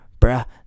bruh